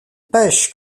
pêche